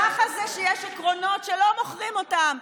ככה זה כשיש עקרונות שלא מוכרים אותם,